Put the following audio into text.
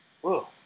whoa